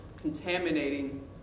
contaminating